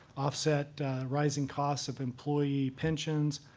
offset rising costs of employee pensions,